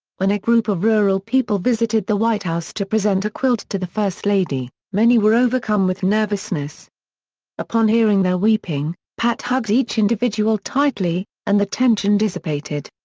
when a group of rural people visited the white house to present a quilt to the first lady, many were overcome with nervousness upon hearing their weeping, weeping, pat hugged each individual tightly, and the tension dissipated.